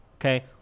Okay